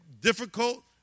difficult